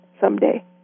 someday